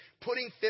putting